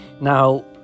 Now